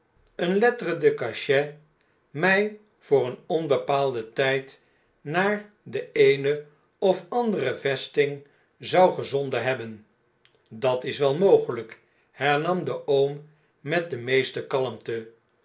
eenlettre d e cachet mij voor een oribepaalden tjjd naar de eene of andere vesting zou gezonden hebben dat is wel mogeln'k hernam de oom met de meeste kalmte